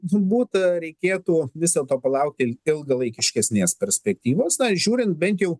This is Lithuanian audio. turbūt reikėtų vis dėlto palaukti ilgalaikiškesnės perspektyvos žiūrint bent jau